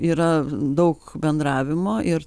yra daug bendravimo ir